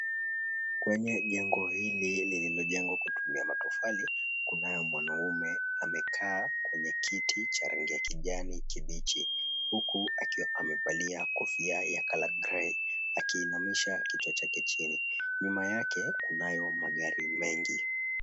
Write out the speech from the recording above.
Kwenye jengo holi lililojengwa kutumia matofali kunaye wanamme amekaa kwenye kiti cha rangi ya kijani kibichi huku akiwa amevalia kofia ya color grey akiinamisha kichwa chake chini. Nyuma yake kunayo magari mengi.